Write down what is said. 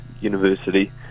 University